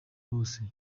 bose